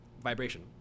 vibration